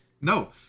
no